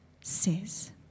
says